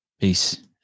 Peace